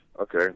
okay